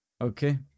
Okay